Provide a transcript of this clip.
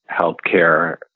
healthcare